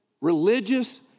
religious